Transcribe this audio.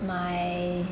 my